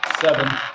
Seven